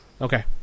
Okay